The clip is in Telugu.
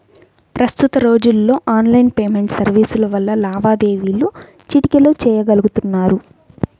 ప్రస్తుత రోజుల్లో ఆన్లైన్ పేమెంట్ సర్వీసుల వల్ల లావాదేవీలు చిటికెలో చెయ్యగలుతున్నారు